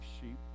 sheep